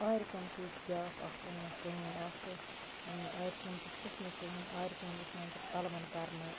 آرِ کٲم چھِ ییٚتہِ بیاکھ اکھ کٲم کٲم اکھ آرِ کٲم تہِ چھِ سٕژنہِ کٲم آرِ کٲم یُس یِوان چھِ پَلوَن کَرنہٕ